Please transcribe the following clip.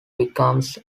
becomes